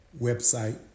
website